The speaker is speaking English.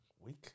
week